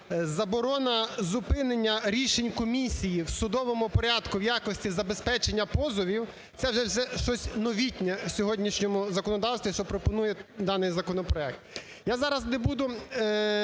заборона зупинення рішень комісії в судовому порядку в якості забезпечення позовів це вже щось новітнє у сьогоднішньому законодавстві, що пропонує даний законопроект.